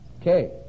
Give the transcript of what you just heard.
Okay